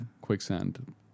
quicksand